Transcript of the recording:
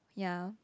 ya